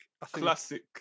Classic